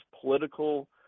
political